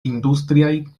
industriaj